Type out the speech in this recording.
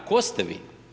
Tko ste vi?